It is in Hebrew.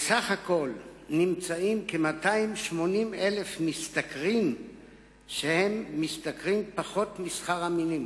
בסך הכול יש כ-280,000 שמשתכרים פחות משכר המינימום,